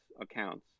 accounts